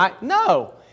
No